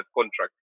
contract